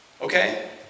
Okay